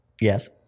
yes